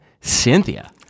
Cynthia